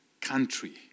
country